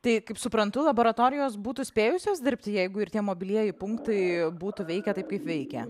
tai kaip suprantu laboratorijos būtų spėjusios dirbti jeigu ir tie mobilieji punktai būtų veikę taip kaip veikia